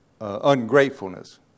ungratefulness